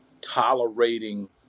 tolerating